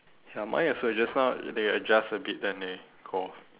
ya mine also just now they adjust a bit then they go off